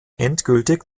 endgültig